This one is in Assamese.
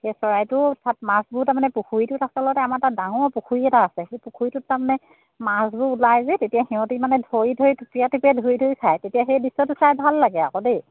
সেই চৰাইটোও তাত মাছবোৰ তাৰমানে পুখুৰীটোত আচলতে আমাৰ এটা ডাঙৰ পুখুৰী এটা আছে সেই পুখুৰীটোত তাৰমানে মাছবোৰ ওলাই যে সিহঁতি মানে ধৰি ধৰি থপিয়াই থপিয়াই ধৰি ধৰি খায় তেতিয়া সেই দৃশ্যটো চাই ভাল লাগে আকৌ দেই